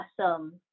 awesome